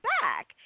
back